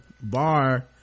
bar